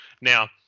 Now